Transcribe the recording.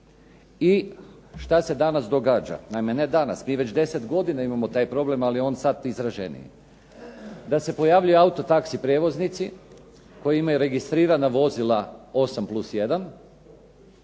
I šta se danas događa? Naime ne danas, mi već 10 godina imamo taj problem, ali je on sad izraženiji, da se pojavljuju autotaxi prijevoznici koji imaju registrirana vozila 8+1,